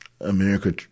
America